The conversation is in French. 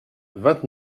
vingt